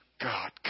God